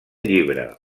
llibre